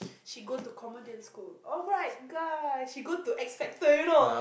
she go to comedian school alright guys she go to X-Factor do you know